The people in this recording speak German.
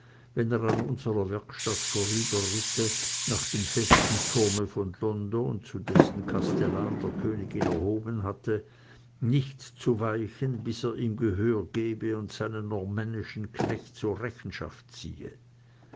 wenn er an unserer werkstatt vorüberritte nach dem festen turme von london zu dessen kastellan der könig ihn erhoben hatte und nicht zu weichen bis er ihm gehör gebe und seinen normännischen knecht zur rechenschaft ziehe